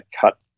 cut